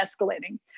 escalating